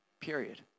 period